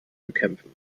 bekämpfen